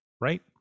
Right